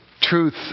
truth